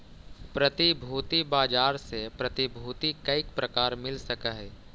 प्रतिभूति बाजार से प्रतिभूति कईक प्रकार मिल सकऽ हई?